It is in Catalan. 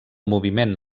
moviment